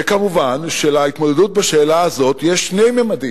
כמובן שלהתמודדות עם השאלה הזאת יש שני ממדים: